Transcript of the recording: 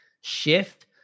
shift